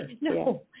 No